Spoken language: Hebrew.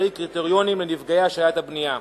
קריטריונים לנפגעי השעיית הבנייה.